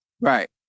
Right